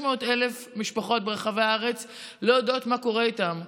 600,000 משפחות ברחבי הארץ לא יודעות מה קורה איתן.